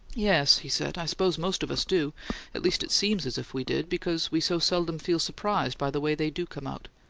yes, he said. i suppose most of us do at least it seems as if we did, because we so seldom feel surprised by the way they do come out.